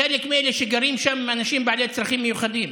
חלק מאלה שגרים שם הם אנשים בעלי צרכים מיוחדים.